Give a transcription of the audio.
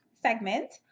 segment